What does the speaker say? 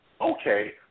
okay